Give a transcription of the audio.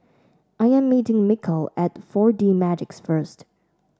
I am meeting Mikel at Four D Magix first